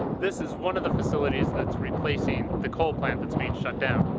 this is one of the facilities that's replacing the coal plant that's being shut down.